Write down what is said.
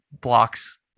blocks